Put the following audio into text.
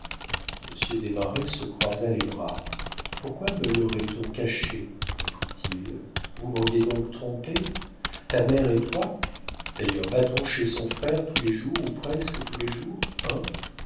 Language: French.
monsieur desmarets se croisa les bras pourquoi me laurait on caché reprit-il vous m'auriez donc trompé ta mère et toi d'ailleurs va-t-on chez son frère tous les jours ou presque tous les jours hein